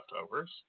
leftovers